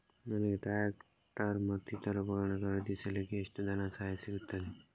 ನನಗೆ ಟ್ರ್ಯಾಕ್ಟರ್ ಮತ್ತು ಇತರ ಉಪಕರಣ ಖರೀದಿಸಲಿಕ್ಕೆ ಎಷ್ಟು ಧನಸಹಾಯ ಸಿಗುತ್ತದೆ?